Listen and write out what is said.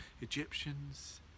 Egyptians